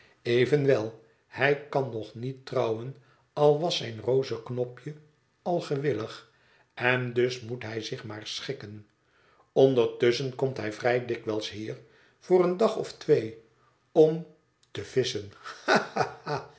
evenwel hij kan nog niet trouwen al was zijn rozeknopje al gewillig en dus moet hij zich maar schikken ondertusschen komt hij vrij dikwijls hier voor een dag of twee om te visschen